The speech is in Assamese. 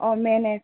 অঁ মেনে